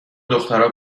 دخترها